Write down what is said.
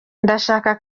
ndashaka